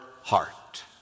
heart